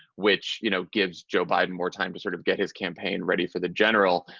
which, you know, gives joe biden more time to sort of get his campaign ready for the general.